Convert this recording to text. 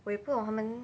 我也不懂他们